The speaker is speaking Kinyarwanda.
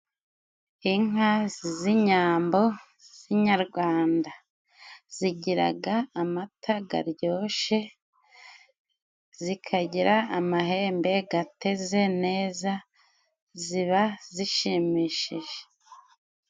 Inka z'inyambo z'inyarwanda zigiraga amata garyoshe, zikagira amahembe gateze neza ziba zishimishije.